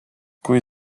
kui